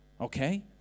okay